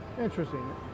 interesting